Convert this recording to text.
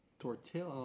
Tortilla